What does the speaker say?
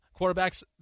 quarterbacks